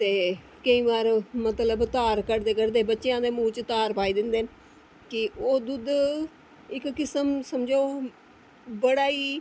ते केईं बार मतलब धार कड्ढदे कड्ढदे मूंह् च धार पाये दे होंदे न कि ओह् दुद्ध इक्क किस्म समझो बड़ा ई